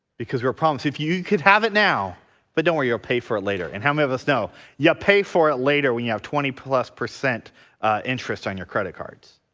because we're promised if you could have it now but don't worry you'll pay for it later and how many of us know you'll pay for it later when you have twenty plus percent interest on your credit cards